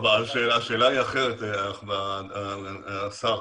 השאלה היא אחרת, השר.